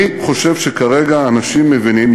אני חושב שכרגע אנשים מבינים,